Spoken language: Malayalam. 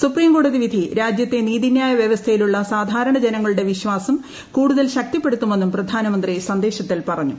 സുപ്രീം കോടതി വിധി രാജ്യത്തെ നീതിനൃായ വൃവസ്ഥയിലുള്ള സാധാരണ ജനങ്ങളുടെ വിശ്വാസം കൂടുതൽ ശക്തിപ്പെടുത്തുമെന്നും പ്രധാനമന്ത്രി സന്ദേശത്തിൽ പറഞ്ഞു